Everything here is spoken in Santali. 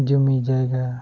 ᱡᱩᱢᱤ ᱡᱟᱭᱜᱟ